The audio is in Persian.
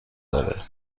داره